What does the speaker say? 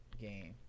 game